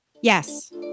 Yes